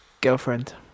girlfriend